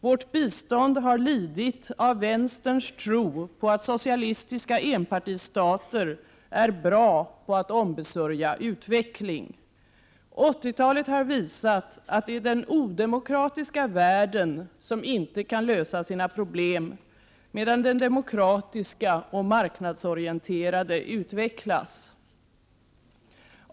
Vårt bistånd har lidit av vänsterns tro på att socialistiska enpartistater är bra på att ombesörja utveckling. 80-talet har visat att det är den odemokratiska världen som inte kan lösa sina problem, medan den demokratiska och marknadsorienterade utvecklas.